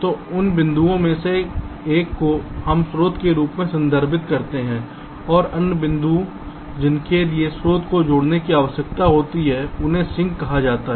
तो इन बिंदुओं में से एक को हम स्रोत के रूप में संदर्भित करते हैं और अन्य बिंदु जिनके लिए स्रोत को जोड़ने की आवश्यकता होती है उन्हें सिंक कहा जाता है